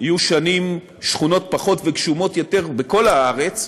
יהיו שנים שחונות פחות וגשומות יותר בכל הארץ,